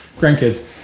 Grandkids